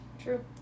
True